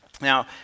now